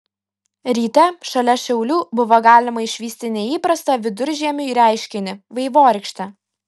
ryte šalia šiaulių buvo galima išvysti neįprastą viduržiemiui reiškinį vaivorykštę